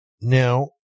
Now